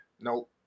nope